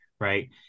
Right